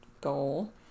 goal